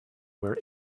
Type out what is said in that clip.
where